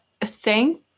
thank